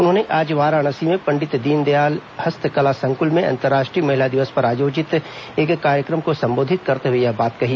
उन्होंने आज वाराणसी में पंडित दीनदयाल हस्तकला संकुल में अंतर्राष्ट्रीय महिला दिवस पर आयोजित एक कार्यक्रम को संबोधित करते हए यह बात कही